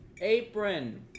Apron